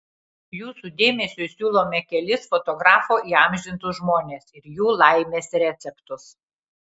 jūsų dėmesiui siūlome kelis fotografo įamžintus žmones ir jų laimės receptus